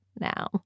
now